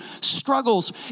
struggles